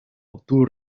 obtuvo